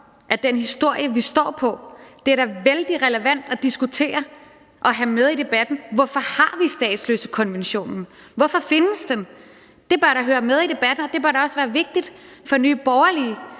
af den historie, vi står med. Det er da vældig relevant at diskutere og have med i debatten, hvorfor vi har statsløsekonventionen, hvorfor den findes. Det bør da høre med i debatten, og det bør da også være vigtigt for Nye Borgerlige,